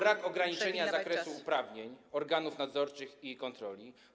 Brak ograniczenia zakresu uprawnień organów nadzorczych i kontroli.